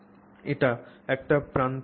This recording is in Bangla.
এর একটি প্রান্ত মুক্ত